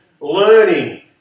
learning